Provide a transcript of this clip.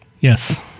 Yes